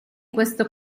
questo